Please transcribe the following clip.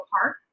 Park